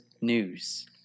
news